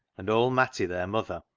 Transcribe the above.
and old matty, their mother,